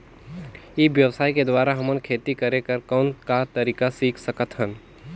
ई व्यवसाय के द्वारा हमन खेती करे कर कौन का तरीका सीख सकत हन?